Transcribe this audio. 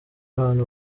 abantu